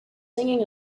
singing